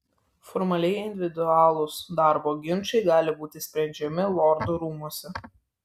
formaliai individualūs darbo ginčai gali būti sprendžiami lordų rūmuose